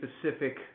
specific